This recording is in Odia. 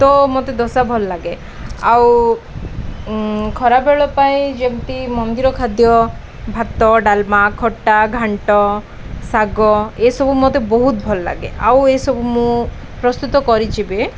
ତ ମୋତେ ଦୋସା ଭଲ ଲାଗେ ଆଉ ଖରାବେଳ ପାଇଁ ଯେମିତି ମନ୍ଦିର ଖାଦ୍ୟ ଭାତ ଡାଲମା ଖଟା ଘାଣ୍ଟ ଶାଗ ଏସବୁ ମୋତେ ବହୁତ ଭଲ ଲାଗେ ଆଉ ଏସବୁ ମୁଁ ପ୍ରସ୍ତୁତ କରିଛି ବି